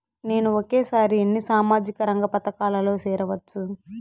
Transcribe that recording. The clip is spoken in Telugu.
నేను ఒకేసారి ఎన్ని సామాజిక రంగ పథకాలలో సేరవచ్చు?